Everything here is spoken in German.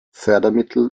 fördermittel